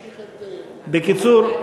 ממשיך, בקיצור,